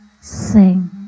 Sing